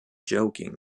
joking